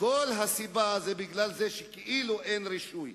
כל הסיבה היא מפני שכאילו אין רישוי.